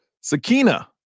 Sakina